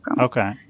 Okay